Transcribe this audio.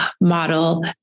model